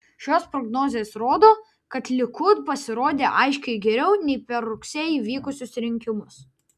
šios prognozės rodo kad likud pasirodė aiškiai geriau nei per rugsėjį vykusius rinkimus